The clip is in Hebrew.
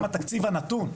גם התקציב הנתון,